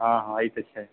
हाँ हाँ ई तऽ छै